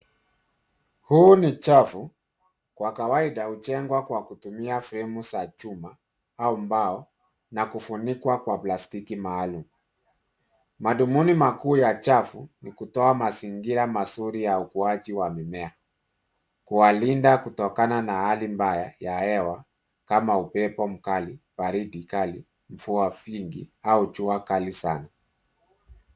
Huu ni chafu, kwa kawaida, hujengwa kwa kutumia fremu za chuma, au mbao, na kufunikwa kwa plastiki maalum. Madhumuni makuu ya chafu, ni kutoa mazingira mazuri kwa ukuaji wa mimea, kuwalinda kutokana na hali mbaya, ya hewa, kama upepo mbaya, baridi kali, mvua vingi, au jua kali sana.